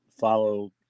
follow